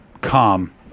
Calm